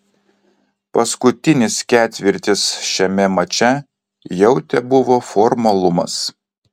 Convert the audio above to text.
paskutinis ketvirtis šiame mače jau tebuvo formalumas